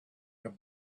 good